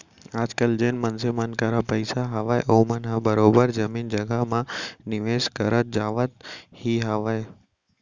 आजकल जेन मनसे मन करा पइसा हावय ओमन ह बरोबर जमीन जघा म निवेस करत जावत ही हावय